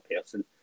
person